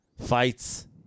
Fights